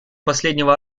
последнего